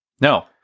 No